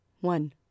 one